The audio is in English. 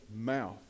mouth